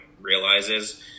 realizes